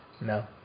No